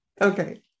Okay